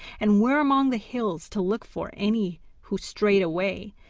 and where among the hills to look for any who strayed away,